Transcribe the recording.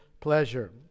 pleasure